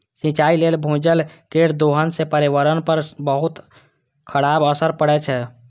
सिंचाइ लेल भूजल केर दोहन सं पर्यावरण पर बहुत खराब असर पड़ै छै